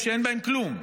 שאין בהם כלום,